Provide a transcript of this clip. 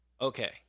Okay